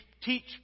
teach